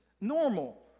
normal